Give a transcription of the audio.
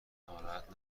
ناراحت